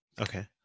Okay